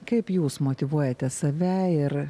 kaip jūs motyvuojate save ir